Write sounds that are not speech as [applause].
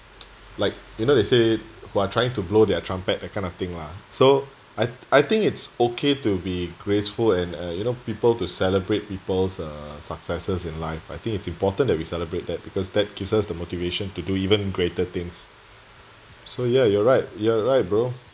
[noise] like you know they say who are trying to blow the trumpet that kind of thing lah so I I think it's okay to be graceful and uh you know people to celebrate people's uh successes in life I think it's important that we celebrate that because that gives us the motivation to do even greater things so ya you're right you're right bro